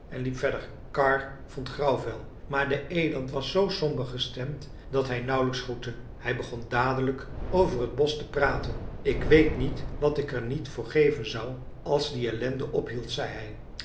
en liep verder karr vond grauwvel maar de eland was z somber gestemd dat hij nauwlijks groette hij begon dadelijk over het bosch te praten ik weet niet wat ik er niet voor geven zou als die ellende ophield zei